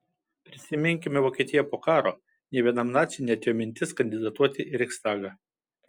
prisiminkime vokietiją po karo nė vienam naciui neatėjo mintis kandidatuoti į reichstagą